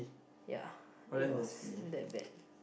ya it was that bad